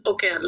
Okay